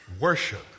Worship